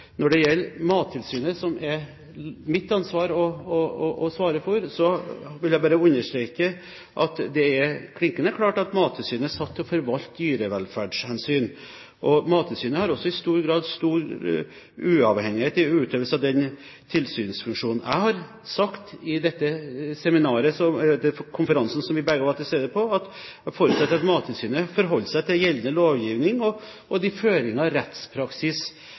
vil jeg bare understreke at det er klinkende klart at Mattilsynet er satt til å forvalte dyrevelferdshensyn. Mattilsynet har også i stor grad stor uavhengighet i utøvelsen av den tilsynsfunksjonen. Jeg sa på denne konferansen som vi begge var til stede på, at jeg forutsetter at Mattilsynet forholder seg til gjeldende lovgivning og til de føringer rettspraksis